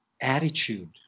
attitude